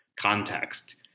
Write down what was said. context